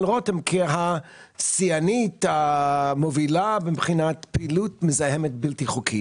רותם כשיאן המוביל מבחינת פעילות מזהמת בלתי חוקית.